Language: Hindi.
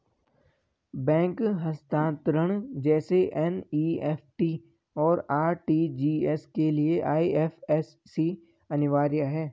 बैंक हस्तांतरण जैसे एन.ई.एफ.टी, और आर.टी.जी.एस के लिए आई.एफ.एस.सी अनिवार्य है